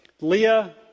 Leah